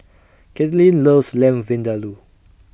Caitlynn loves Lamb Vindaloo